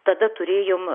tada turėjom